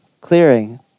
clearing